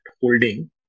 holding